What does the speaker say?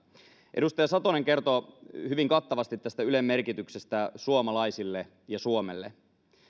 edustaja satonen kertoi hyvin kattavasti tästä ylen merkityksestä suomalaisille ja suomelle